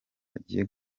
agiye